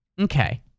Okay